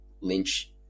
Lynch